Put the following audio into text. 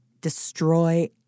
destroy